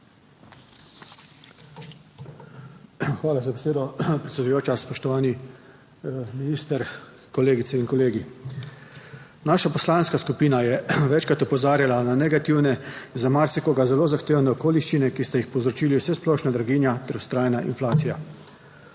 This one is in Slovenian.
Hvala za besedo, predsedujoča. Spoštovani minister, kolegice in kolegi! Naša poslanska skupina je večkrat opozarjala na negativne, za marsikoga zelo zahtevne okoliščine, ki sta jih povzročili vsesplošna draginja ter vztrajna inflacija.